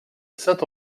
saint